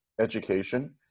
education